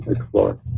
explore